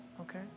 Okay